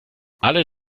alle